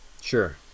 Sure